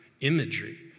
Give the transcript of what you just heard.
imagery